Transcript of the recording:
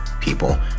people